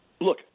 Look